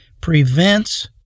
prevents